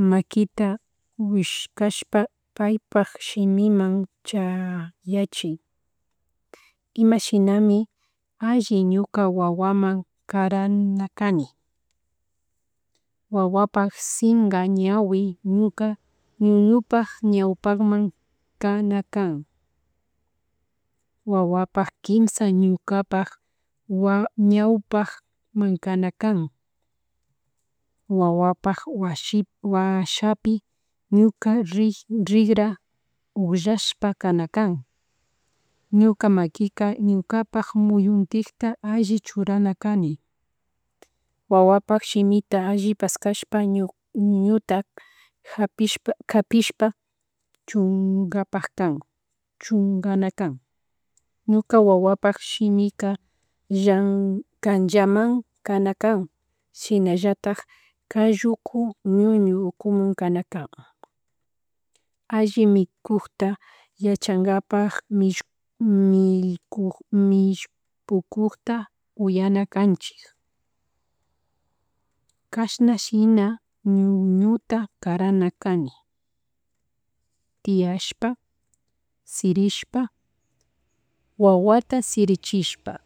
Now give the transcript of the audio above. makita wishkaspa paypak shimiman chayachi, ima shinami alli ñuka wawaman karana kani, wawapak sinka ñawi ñuka ñuñupak ñaypakman kana kan, wawapak kimsa ñukapak wa ñawpakman kana kan, wawapak washi washapi, ñuka rigra ukllashpakanakan, ñuka makika ñukapak muyuntikta alli churana kani wawapak shimita alli paskashpa ñu ñuñuka kapishpa chunkana kan chunkana kan ñuka wawapak shimika llan ckanllaman kanakan shinallatak kalluku ñuñu ukumun kanakan, alli mikukta yachankapak mishpukkta uyana kanchik, kashna shina ñuñuta karana kani, tiashpa, sirishpa, wawata sirichishpa